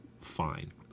fine